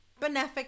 benefic